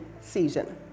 season